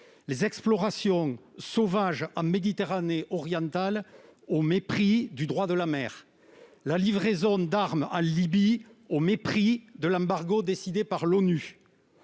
les explorations sauvages en Méditerranée orientale, au mépris du droit de la mer, la livraison d'armes à la Libye, au mépris de l'embargo décidé par l'ONU,